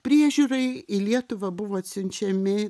priežiūrai į lietuvą buvo atsiunčiami